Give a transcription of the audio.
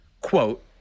quote